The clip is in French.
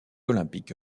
olympique